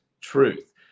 truth